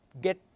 get